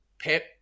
Pep